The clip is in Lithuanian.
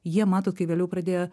jie matot kai vėliau pradėję